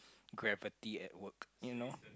gravity at work you know